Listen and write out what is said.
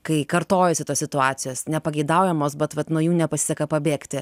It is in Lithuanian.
kai kartojosi tos situacijos nepageidaujamos bet vat nuo jų nepasiseka pabėgti